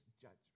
judgment